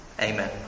Amen